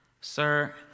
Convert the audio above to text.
sir